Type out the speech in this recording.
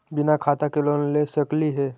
बिना खाता के लोन ले सकली हे?